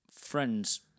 friend's